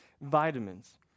vitamins